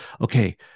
okay